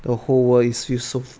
the whole world is feel so